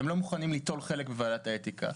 הם לא מוכנים ליטול חלק בוועדת האתיקה,